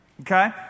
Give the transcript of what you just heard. okay